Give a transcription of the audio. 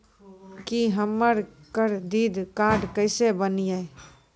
की हमर credit card केसे बनिये?